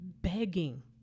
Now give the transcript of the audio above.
Begging